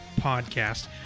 podcast